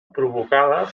provocada